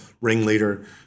ringleader